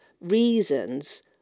Reasons